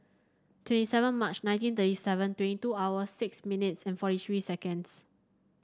twenty seven March nineteen thirty seven twenty two hours six minutes and forty three seconds